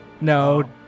No